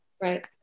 Right